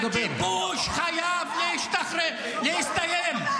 זה ------ הכיבוש חייב להסתיים.